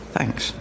Thanks